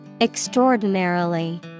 Extraordinarily